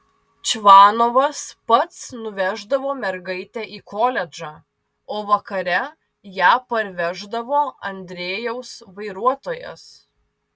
čvanovas pats nuveždavo mergaitę į koledžą o vakare ją parveždavo andrejaus vairuotojas